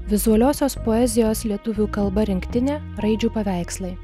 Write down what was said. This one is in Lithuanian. vizualiosios poezijos lietuvių kalba rinktinė raidžių paveikslai